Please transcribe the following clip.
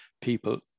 people